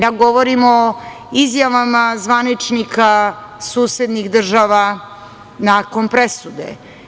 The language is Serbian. Ja govorim o izjavama zvaničnika susednih država nakon presude.